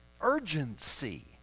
Urgency